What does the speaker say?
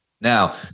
Now